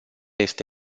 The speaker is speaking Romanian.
este